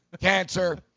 cancer